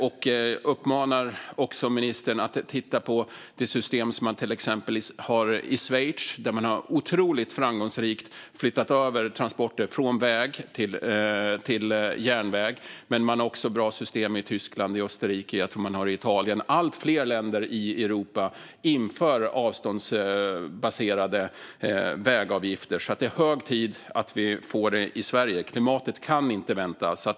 Jag uppmanar också ministern att titta på exempelvis det system man har i Schweiz, där man otroligt framgångsrikt har flyttat över transporter från väg till järnväg. Även i Tyskland och Österrike har man bra system, och jag tror att man har det i Italien. Allt fler länder i Europa inför avståndsbaserade vägavgifter, och det är hög tid att vi gör det i Sverige. Klimatet kan inte vänta.